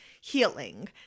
healing